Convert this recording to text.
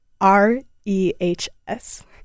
R-E-H-S